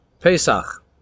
Pesach